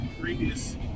previous